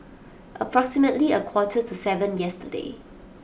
approximately a quarter to seven yesterday